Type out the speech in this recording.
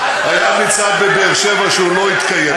היה מצעד בבאר-שבע שלא התקיים.